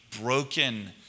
Broken